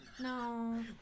no